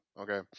okay